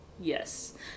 yes